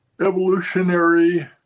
evolutionary